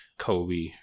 Kobe